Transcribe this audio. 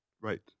right